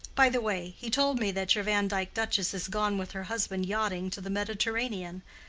by the way, he told me that your vandyke duchess is gone with her husband yachting to the mediterranean.